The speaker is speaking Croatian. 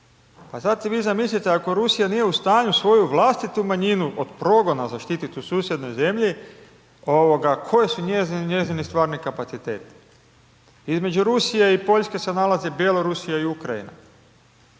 Pa sad si vi zamislite ako Rusija nije u stanju svoju vlastitu manjinu od progona zaštitit u susjednoj zemlji, koji su njezini stvarni kapaciteti? Između Rusije i Poljske se nalaze Bjelorusija i Ukrajina,